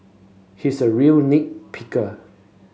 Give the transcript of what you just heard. he is a real nit picker